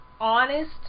honest